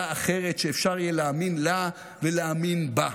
אחרת שאפשר יהיה להאמין לה ולהאמין בה.